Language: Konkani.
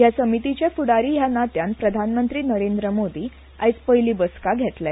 हया समितीचे फ्डारी हया नात्यान प्रधानमंत्री नरेंद्र मोदी आयज पयली बसका घेतले